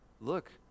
look